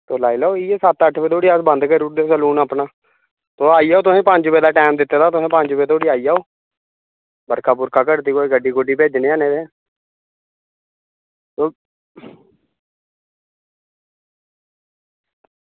तुस लाई लैओ इयै सत्त अट्ठ बजे धोड़ी अस बंद करी ओड़दे सैलून अपना तुस आई जाओ तुसें पंज बजे दा टैम दित्ता तुस आई जाओ बर्खा घटदी गड्डी भेजने आं नेईं ते ओह्